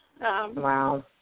Wow